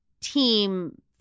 team